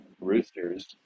roosters